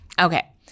Okay